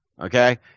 Okay